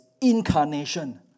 incarnation